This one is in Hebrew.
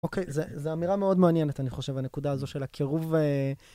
אוקיי, זו אמירה מאוד מעניינת, אני חושב, הנקודה הזו של הקירוב.